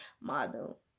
model